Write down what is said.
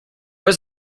was